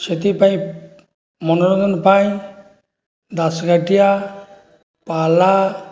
ସେଥିପାଇଁ ମନୋରଞ୍ଜନ ପାଇଁ ଦାସକାଠିଆ ପାଲା